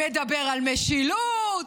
מדבר על משילות,